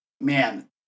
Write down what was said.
man